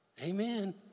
Amen